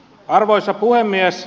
arvoisa puhemies